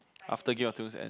after Game-of-Thrones end